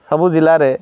ସବୁ ଜିଲ୍ଲାରେ